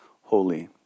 holy